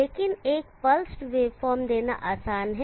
लेकिन एक pulsed waveform देना आसान है